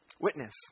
Witness